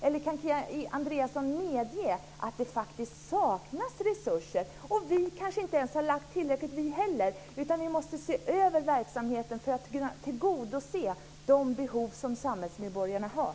Kan Kia Andreasson medge att det faktiskt saknas resurser? Vi kanske inte har föreslagit tillräckligt med resurser vi heller. Vi måste se över verksamheten för att kunna tillgodose de behov som samhällsmedborgarna har.